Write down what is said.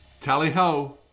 Tally-ho